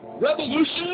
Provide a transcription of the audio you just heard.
Revolution